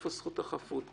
איפה זכות החפות פה?